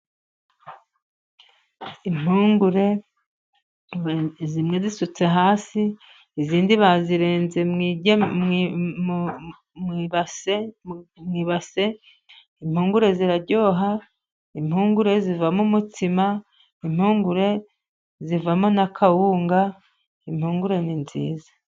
Impungure zimwe zisutse hasi ,izindi bazirenze mu ibase, impungure ziraryoha, impungure zivamo umutsima, impungure zivamo n'akawunga impungura ni nziza.